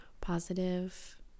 positive